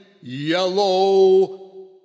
yellow